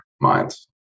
minds